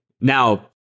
Now